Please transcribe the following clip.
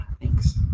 Thanks